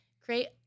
create